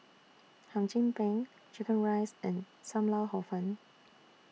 Hum Chim Peng Chicken Rice and SAM Lau Hor Fun